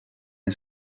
nei